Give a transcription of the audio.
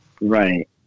Right